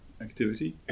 activity